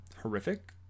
horrific